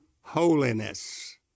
holiness